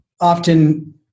often